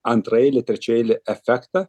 antraeilį trečiaeilį efektą